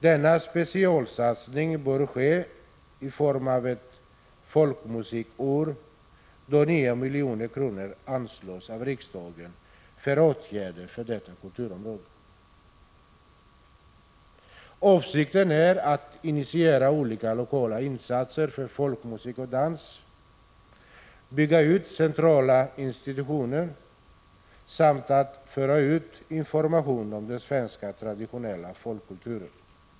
Denna specialsatsning bör ske genom att 9 milj.kr. anslås av riksdagen för Folkmusikens år . Avsikten är att initiera olika lokala insatser för folkmusik och folkdans, bygga ut centrala institutioner samt föra ut information om den svenska traditionella folkkulturen.